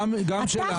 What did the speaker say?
גם שלנו.